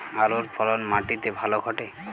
আলুর ফলন মাটি তে ভালো ঘটে?